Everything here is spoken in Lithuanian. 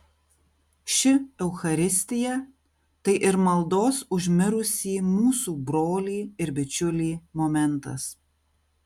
ši eucharistija tai ir maldos už mirusį mūsų brolį ir bičiulį momentas